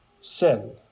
sin